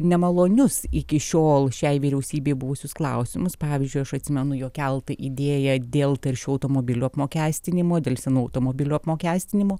nemalonius iki šiol šiai vyriausybei buvusius klausimus pavyzdžiui aš atsimenu jo keltą idėją dėl taršių automobilių apmokestinimo dėl senų automobilių apmokestinimo